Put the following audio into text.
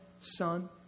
Son